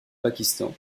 pakistan